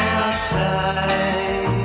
outside